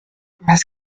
was